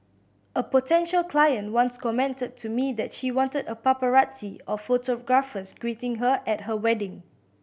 a potential client once commented to me that she wanted a paparazzi of photographers greeting her at her wedding